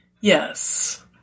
Yes